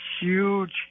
huge